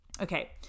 Okay